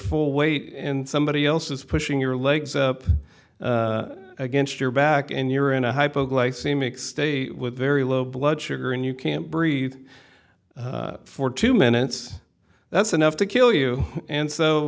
full weight and somebody else is pushing your legs up against your back and you're in a hypoglycemic state with very low blood sugar and you can't breathe for two minutes that's enough to kill you and so